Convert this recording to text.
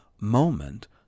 moment